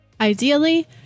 Ideally